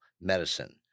medicine